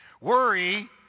Worry